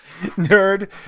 Nerd